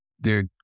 Dude